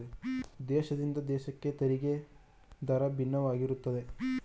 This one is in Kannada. ದೇಶದಿಂದ ದೇಶಕ್ಕೆ ತೆರಿಗೆ ದರ ಭಿನ್ನವಾಗಿರುತ್ತದೆ